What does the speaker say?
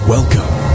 Welcome